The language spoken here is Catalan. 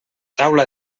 taula